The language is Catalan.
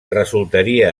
resultaria